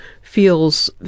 feels